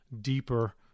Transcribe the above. deeper